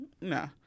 no